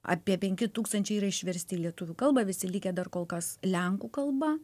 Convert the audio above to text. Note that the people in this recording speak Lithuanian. apie penki tūkstančiai yra išversti į lietuvių kalbą visi likę dar kol kas lenkų kalba